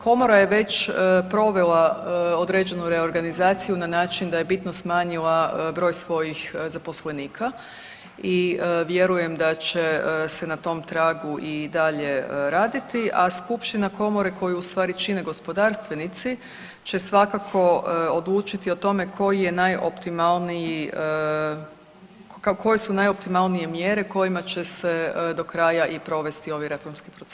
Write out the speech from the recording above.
Komora je već provela određenu reorganizaciju na način da je bitno smanjila broj svojih zaposlenika i vjerujem da će se na tom tragu i dalje raditi, a skupština komore koju ustvari čine gospodarstvenici će svakako odlučiti o tome koji je najoptimalniji, koje su najoptimalnije mjere kojima će se do kraja i provesti ovi reformski procesi.